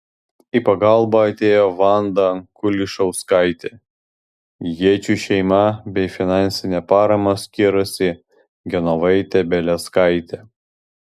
į pagalbą atėjo vanda kulišauskaitė jėčių šeima bei finansinę paramą skyrusi genovaitė beleckaitė